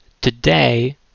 Today